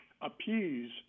appease